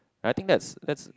I think that's that's